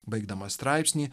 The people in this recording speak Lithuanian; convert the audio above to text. baigdamas straipsnį